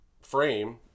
frame